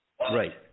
Right